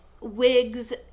wigs